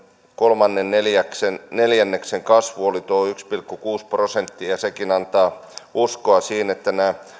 kolmannen neljänneksen neljänneksen kasvu oli tuo yksi pilkku kuusi prosenttia ja sekin antaa uskoa siihen että nämä